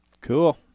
Cool